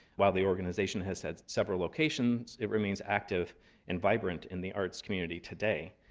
while the organization has had several locations, it remains active and vibrant in the arts community today.